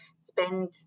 spend